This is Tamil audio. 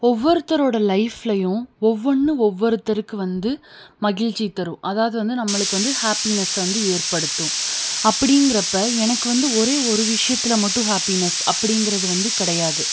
ஒவ்வொருத்தரோட லைஃப்லயும் ஒவ்வொன்று ஒவ்வொருத்தருக்கு வந்து மகிழ்ச்சி தரும் அதாவது வந்து நம்மளுக்கு வந்து ஹாப்பினஸை வந்து ஏற்படுத்தும் அப்டிங்கிறப்ப எனக்கு வந்து ஒரே ஒரு விஷயத்துல மட்டும் ஹாப்பினஸ் அப்டிங்கிறது வந்து கிடையாது